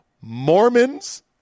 Mormons